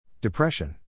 Depression